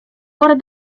oare